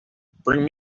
bring